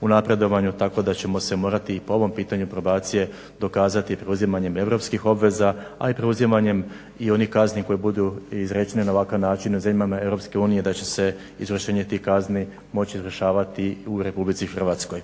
u napredovanju tako da ćemo se morati i po ovom pitanju probacije dokazati preuzimanjem europskih obveza, a i preuzimanjem i onih kazni koje budu izrečene na ovakav način u zemljama Europske unije da će se izvršenje tih kazni moći izvršavati u Republici Hrvatskoj.